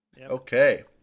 Okay